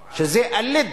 "א-ליד".